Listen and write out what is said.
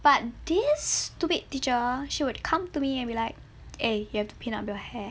but this stupid teacher she would come to me and be like eh you have to pin up your hair